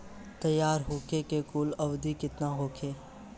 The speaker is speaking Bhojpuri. तैयार होखे के कुल अवधि केतना होखे?